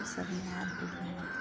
अपने आदमी करै छै